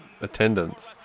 attendance